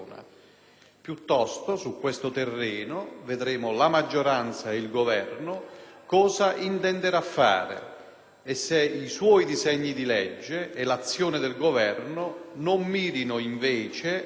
e se i suoi disegni di legge e l'azione del Governo non mirino, invece, proprio all'operazione contraria, quella di anticipare, come viene fatto in alcune dichiarazioni,